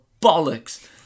bollocks